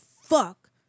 fuck